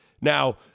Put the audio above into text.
Now